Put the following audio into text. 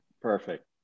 perfect